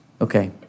Okay